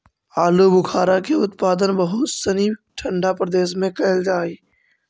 आलूबुखारा के उत्पादन बहुत सनी ठंडा प्रदेश में कैल जा हइ